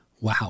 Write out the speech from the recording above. wow